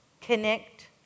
connect